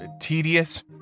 tedious